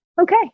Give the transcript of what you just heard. okay